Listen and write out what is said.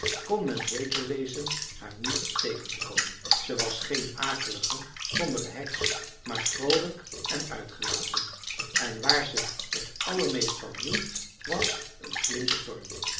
kon men zeker wezen haar niet tegen te komen ze was geen akelige sombere heks maar vroolijk en uitgelaten en waar ze t allermeest van hield was een flinke storm